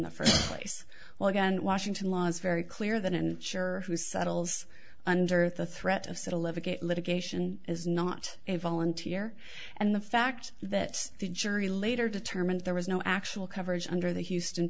the first place well again washington laws very clear than and sure who settles under the threat of civil litigation is not a volunteer and the fact that the jury later determined there was no actual coverage under the houston